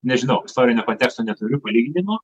nežinau istorinio konteksto neturiupalyginimo